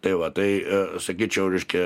tai va tai sakyčiau reiškia